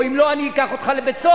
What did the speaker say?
או אם לא אני אקח אותך לבית-סוהר.